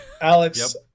Alex